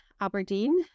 Aberdeen